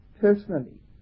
personally